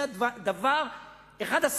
אדוני